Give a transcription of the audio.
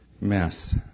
mess